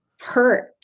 hurt